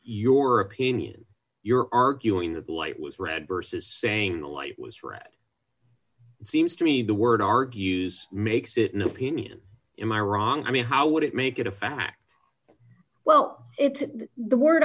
your opinion you're arguing that the light was red versus saying the light was red seems to me the word argues makes it an opinion am i wrong i mean how would it make it a fact well it's the word